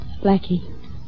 Blackie